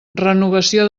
renovació